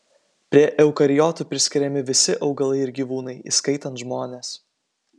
prie eukariotų priskiriami visi augalai ir gyvūnai įskaitant žmones